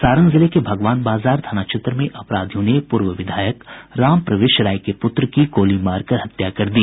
सारण जिले के भगवान बाजार थाना क्षेत्र में अपराधियों ने पूर्व विधायक राम प्रवेश राय के प्रत्र की गोली मारकर हत्या कर दी